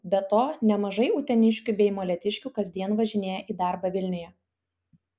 be to nemažai uteniškių bei molėtiškių kasdien važinėja į darbą vilniuje